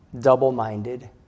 double-minded